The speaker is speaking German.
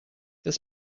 des